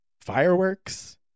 fireworks